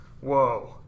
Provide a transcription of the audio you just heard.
whoa